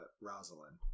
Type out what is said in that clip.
Rosalind